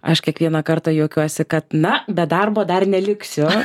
aš kiekvieną kartą juokiuosi kad na be darbo dar neliksiu